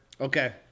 Okay